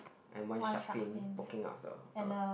and why shark fin mocking up of the of the